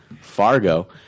Fargo